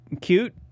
Cute